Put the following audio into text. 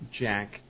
Jack